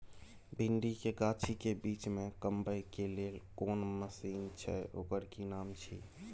भिंडी के गाछी के बीच में कमबै के लेल कोन मसीन छै ओकर कि नाम छी?